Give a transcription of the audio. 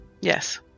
Yes